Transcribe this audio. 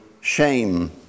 shame